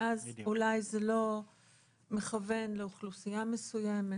ואז אולי זה לא מכוון לאוכלוסייה מסוימת.